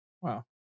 Wow